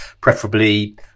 preferably